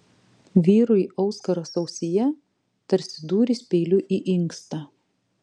vyrui auskaras ausyje tarsi dūris peiliu į inkstą